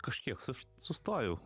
kažkiek aš sustojau